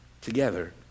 together